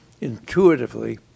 intuitively